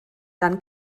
dann